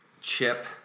Chip